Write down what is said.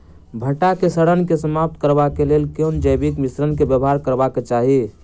भंटा केँ सड़न केँ समाप्त करबाक लेल केँ जैविक मिश्रण केँ व्यवहार करबाक चाहि?